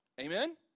Amen